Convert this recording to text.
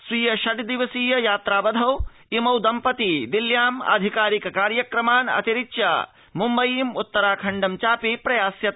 स्वीय षड् दिवसीय यात्रावधौ इमौ दम्पती दिल्ल्याम् आधिकारिक कार्यक्रमान् अतिरिच्य मुम्बईम् उत्तराखण्डं चापि प्रयास्यतः